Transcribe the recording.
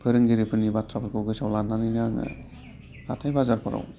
फोरोंगिरिफोरनि बाथ्राफोरखौ गोसोआव लानानैनो आङो हाथाइ बाजारफोराव